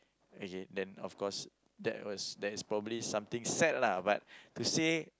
okay then of course that was that is probably something sad lah but to say